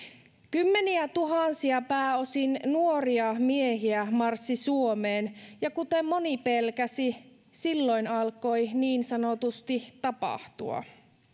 kymmeniätuhansia pääosin nuoria miehiä marssi suomeen ja kuten moni pelkäsi silloin alkoi niin sanotusti tapahtua